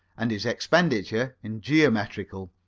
and his expenditure in geometrical.